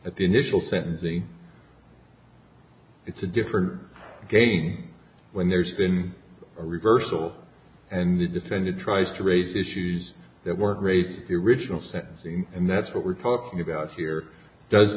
at the initial sentencing it's a different gain when there's been a reversal and the defendant tries to raise issues that were great the original sentencing and that's what we're talking about here does